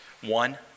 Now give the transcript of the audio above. One